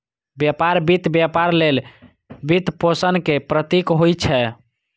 व्यापार वित्त व्यापार लेल वित्तपोषण के प्रतीक होइ छै